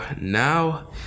now